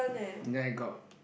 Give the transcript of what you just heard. then I got